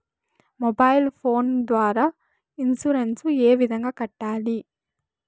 mobile phone ద్వారా insurance ఏ విధంగా కట్టాలి